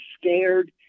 scared